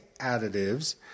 additives